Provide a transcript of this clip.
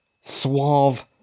suave